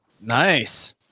Nice